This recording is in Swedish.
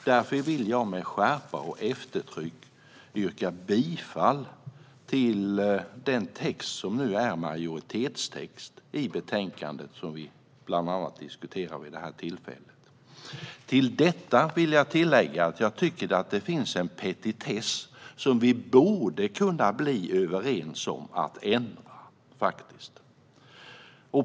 Därför vill jag med skärpa och eftertryck yrka bifall till den text som nu är majoritetstext i betänkandet, som vi bland annat diskuterar vid det här tillfället. Till detta vill jag lägga att jag tycker att det finns en petitess som vi borde kunna bli överens om att ändra.